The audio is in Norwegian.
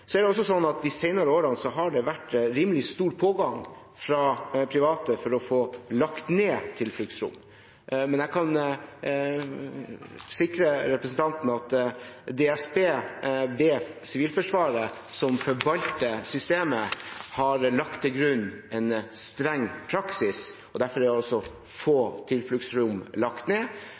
De senere årene har det vært rimelig stor pågang fra private for å få lagt ned tilfluktsrom, men jeg kan sikre representanten at DSB ved Sivilforsvaret, som forvalter systemet, har lagt til grunn en streng praksis. Derfor er også få tilfluktsrom lagt ned,